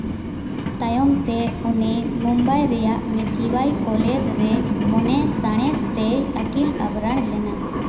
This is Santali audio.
ᱛᱟᱭᱚᱢ ᱛᱮ ᱩᱱᱤ ᱢᱩᱢᱵᱟᱭ ᱨᱮᱭᱟᱜ ᱢᱤᱛᱷᱤᱵᱟᱭ ᱠᱚᱞᱮᱡᱽ ᱨᱮ ᱢᱚᱱᱮ ᱥᱟᱬᱮᱥ ᱛᱮᱭ ᱟᱹᱠᱤᱞ ᱟᱵᱷᱨᱟᱱ ᱞᱮᱱᱟ